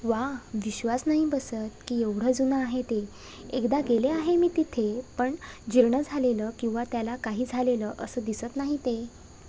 वा विश्वास नाही बसत की एवढं जुनं आहे ते एकदा गेले आहे मी तिथे पण जीर्ण झालेलं किंवा त्याला काही झालेलं असं दिसत नाही ते